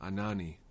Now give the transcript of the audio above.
Anani